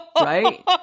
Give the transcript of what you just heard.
Right